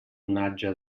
onatge